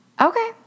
Okay